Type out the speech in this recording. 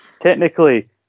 technically